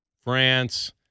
France